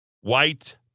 White